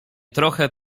trochę